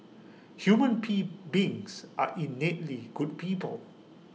human be beings are innately good people